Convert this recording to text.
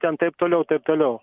ten taip toliau taip toliau